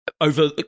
over